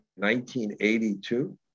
1982